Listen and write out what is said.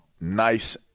nice